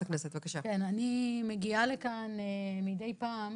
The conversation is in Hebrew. אני מגיעה לכאן מדי פעם